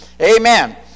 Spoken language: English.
amen